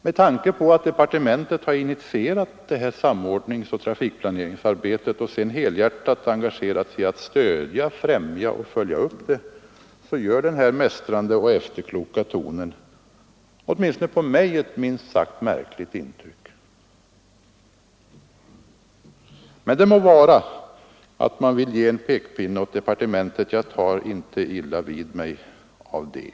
Med tanke på att departementet har initierat samordningsoch trafikplaneringsarbetet och sedan helhjärtat engagerat sig i att stödja, främja och följa upp det arbetet gör denna mästrande och efterkloka ton åtminstone på mig ett minst sagt märkligt intryck. Men det må vara att man vill sätta upp en pekpinne mot departementet — jag tar inte illa vid mig av det.